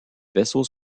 vaisseaux